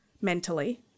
mentally